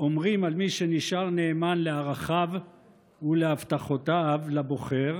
אומרים על מי שנשאר נאמן לערכיו ולהבטחותיו לבוחר: